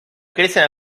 crecen